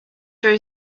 there